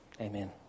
Amen